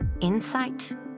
Insight